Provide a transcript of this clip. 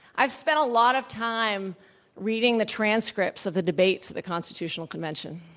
i've spent a lot of time reading the transcripts of the debates of the constitutional convention.